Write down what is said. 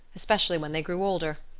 especially when they grew older.